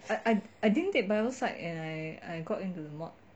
I I I didn't take bio psych and I I got into the mod